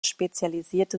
spezialisierte